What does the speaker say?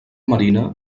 marina